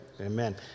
Amen